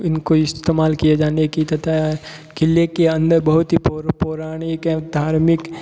इनको इस्तेमाल किए जाने की तथा किले के अंदर बहुत ही पौर पौराणिक व धार्मिक